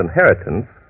inheritance